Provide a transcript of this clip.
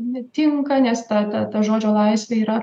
netinka nes ta ta ta žodžio laisvė yra